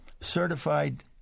certified